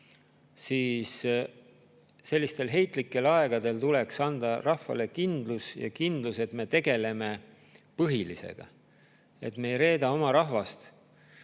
siis sellisel heitlikul ajal tuleks anda rahvale kindlus, et me tegeleme põhilisega, et me ei reeda oma rahvast